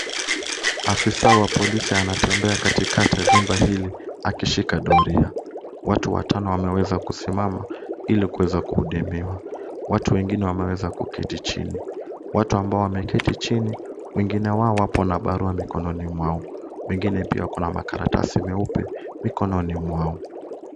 Afisa wa polisi anatembea katikati ya jumba hili akishika doria. Watu watano wameweza kusimama ili kuweza kuhudumiwa. Watu wengine wameweza kuketi chini. Watu ambao wameketi chini wengine wao wapo na barua mkononi mwao. Wengine pia wako na karatasi nyeupe mikononi mwao.